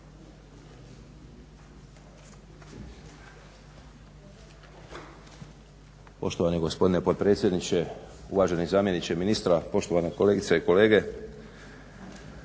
Poštovani gospodine potpredsjedniče, uvaženi zamjeniče ministra, poštovane kolegice i kolege.